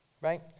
Right